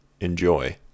enjoy